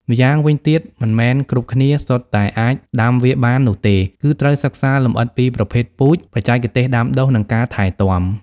ម្យ៉ាងវិញទៀតមិនមែនគ្រប់គ្នា សុទ្ធតែអាចដាំវាបាននោះទេ គឺត្រូវសិក្សាលម្អិតពីប្រភេទពូជ បច្ចេកទេសដាំដុះ និងការថែទាំ។